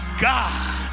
God